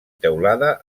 teulada